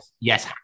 Yes